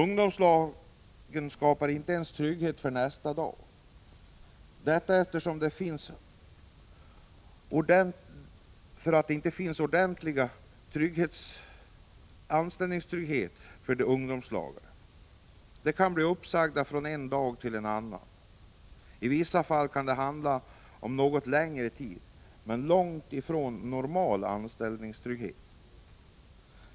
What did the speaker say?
Ungdomslagen skapar inte ens trygghet för nästa dag, eftersom det inte finns ordentlig anställningstrygghet för ”ungdomslagare”. De kan bli uppsagda från en dag till en annan. I vissa fall kan det handla om något längre tid, men de har långt ifrån normal anställningstrygghet.